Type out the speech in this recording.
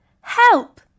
Help